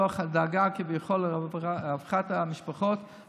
מתוך הדאגה כביכול לרווחת המשפחות,